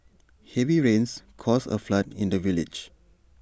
heavy rains caused A flood in the village